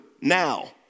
now